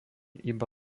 iba